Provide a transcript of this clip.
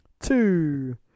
Two